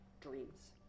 dreams